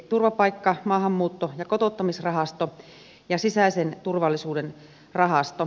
turvapaikka maahanmuutto ja kotouttamisrahasto ja sisäisen turvallisuuden rahasto